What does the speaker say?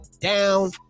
down